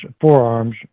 forearms